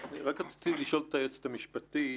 היועצת המשפטית,